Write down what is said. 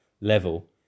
level